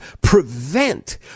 prevent